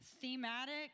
thematic